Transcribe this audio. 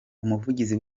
umuvugizi